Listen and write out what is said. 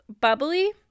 bubbly